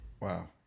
Wow